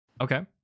Okay